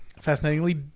Fascinatingly